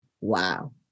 Wow